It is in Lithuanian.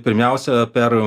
pirmiausia per